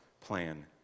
plan